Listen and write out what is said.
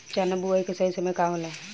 चना बुआई के सही समय का होला?